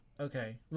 Okay